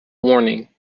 warning